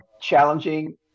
Challenging